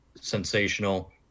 sensational